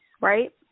right